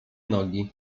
nogi